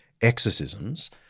exorcisms